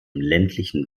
ländlichen